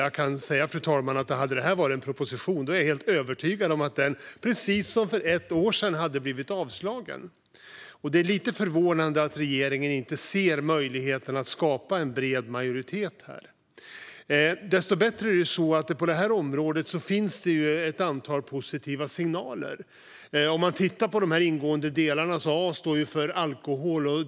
Om det här hade varit en proposition är jag övertygad om att den, precis som för ett år sedan, hade fått avslag, fru talman. Det är lite förvånande att regeringen inte ser möjligheten att skapa en bred majoritet här. Desto bättre är att det på området finns ett antal positiva signaler. Av de ingående delarna står A för alkohol.